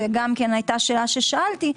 זו היתה שאלה ששאלתי,